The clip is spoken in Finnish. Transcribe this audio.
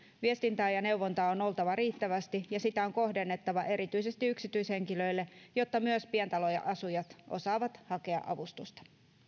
viestintää ja ja neuvontaa on oltava riittävästi ja sitä on kohdennettava erityisesti yksityishenkilöille jotta myös pientaloasujat osaavat hakea avustusta